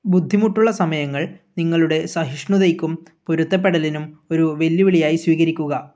ബുദ്ധിമുട്ടുള്ള സമയങ്ങൾ നിങ്ങളുടെ സഹിഷ്ണുതയ്ക്കും പൊരുത്തപ്പെടലിനും ഒരു വെല്ലുവിളിയായി സ്വീകരിക്കുക